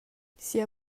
sia